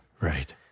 Right